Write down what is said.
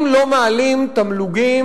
אם לא מעלים תמלוגים,